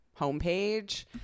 homepage